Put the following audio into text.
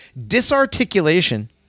disarticulation